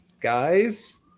guys